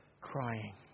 Crying